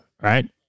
right